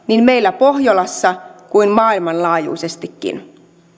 niin meillä pohjolassa kuin maailmanlaajuisestikin